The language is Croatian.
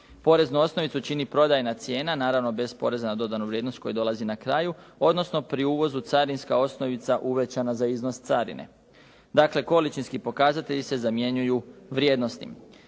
Poreznu osnovicu čini prodajna cijena, naravno bez poreza na dodanu vrijednost koji dolazi na kraju, odnosno pri uvozu carinska osnovica uvećana za iznos carine. Dakle, količinski pokazatelji se zamjenjuju vrijednosnim.